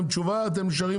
הטעם הראשון,